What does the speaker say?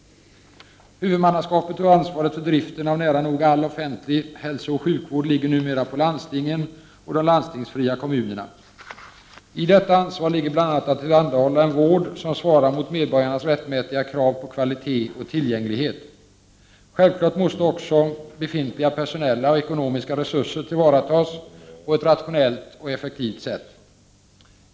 Huvudmannaskapet och ansvaret för driften av nära nog all offentlig hälsooch sjukvård ligger numera på landstingen och de landstingsfria kommunerna. I detta ansvar ligger bl.a. att tillhandahålla en vård som svarar mot medborgarnas rättmätiga krav på kvalitet och tillgänglighet. Självfallet måste också befintliga personella och ekonomiska resurser tillvaratas på ett rationellt och effektivt sätt.